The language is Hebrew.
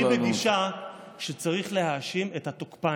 אני בגישה שצריך להאשים את התוקפן,